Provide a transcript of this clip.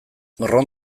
ron